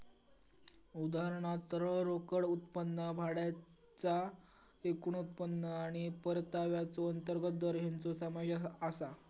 उदाहरणात सरळ रोकड उत्पन्न, भाड्याचा एकूण उत्पन्न आणि परताव्याचो अंतर्गत दर हेंचो समावेश आसा